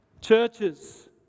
Churches